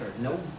nope